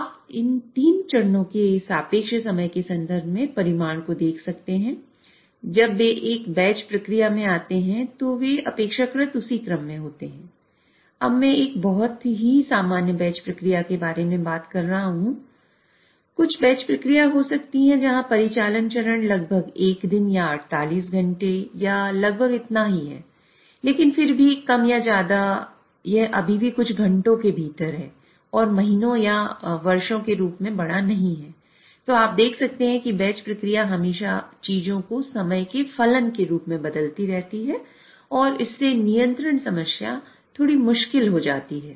आप इन तीन चरणों के सापेक्ष समय के संदर्भ में परिमाण को देख सकते हैं जब वे एक बैच प्रक्रिया हमेशा चीजों को समय के फलन के रूप में बदलती रहती है और इससे नियंत्रण समस्या थोड़ी मुश्किल हो जाती है